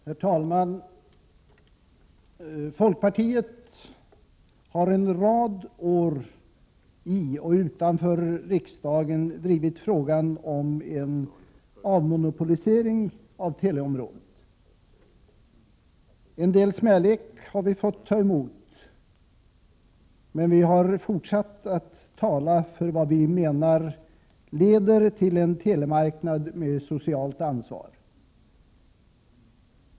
Herr talman! Folkpartiet har under en rad år i och utanför riksdagen drivit frågan om en avmonopolisering av teleområdet. En del smälek har vi fått ta emot, men vi har fortsatt att tala för vad vi menar leder till en telemarknad med socialt ansvar.